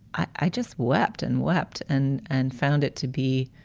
i just wept and wept and and found it to be.